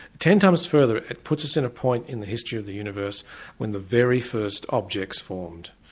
ten times further puts us in a point in the history of the universe when the very first objects formed.